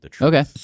Okay